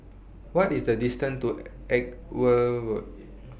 What IS The distance to Edgware Road